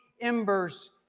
embers